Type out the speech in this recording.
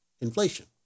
inflation